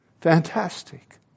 Fantastic